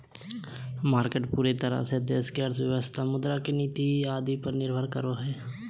market पूरे तरह से देश की अर्थव्यवस्था मुद्रा के नीति आदि पर निर्भर करो हइ